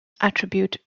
attribute